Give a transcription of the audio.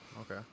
Okay